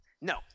No